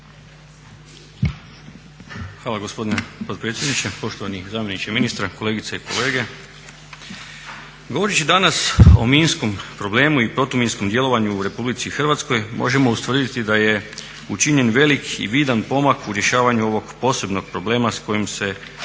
Hvala gospodine potpredsjedniče. Poštovani zamjeniče ministra, kolegice i kolege. Govoreći danas o minskom problemu i protuminskom djelovanju u Republici Hrvatskoj možemo ustvrditi da je učinjen velik i vidan pomak u rješavanju ovog posebnog problema s kojim se